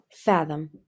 Fathom